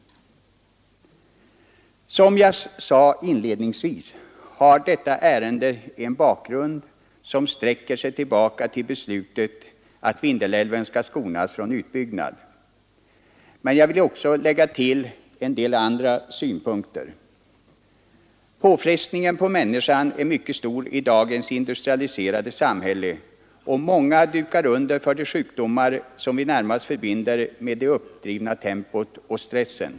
Som jag sade inledningsvis har detta ärende en bakgrund som sträcker sig tillbaka till beslutet att Vindelälven skall skonas från utbyggnad. Men jag vill också lägga till en del andra synpunkter. Påfrestningen på människan är mycket stor i dagens industrialiserade samhälle, och många dukar under för de sjukdomar som vi närmast förbinder med det uppdrivna tempot och stressen.